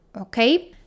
okay